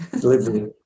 delivery